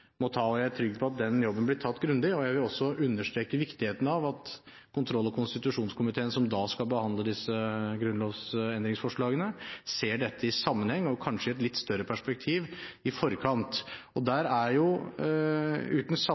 må ta, og jeg er trygg på at den jobben blir gjort grundig. Jeg vil også understreke viktigheten av at kontroll- og konstitusjonskomiteen som da skal behandle disse grunnlovsendringsforslagene, ser dette i sammenheng og kanskje i et litt større perspektiv i forkant. Der er jo, uten